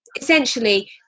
essentially